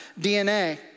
DNA